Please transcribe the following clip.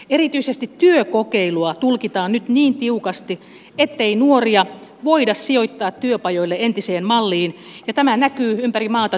erityisesti työkokeilua tulkitaan nyt niin tiukasti ettei nuoria voida sijoittaa työpajoihin entiseen malliin ja tämä näkyy ympäri maata työpajoilla jo nyt